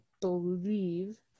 believe